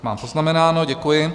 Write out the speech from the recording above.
Mám poznamenáno, děkuji.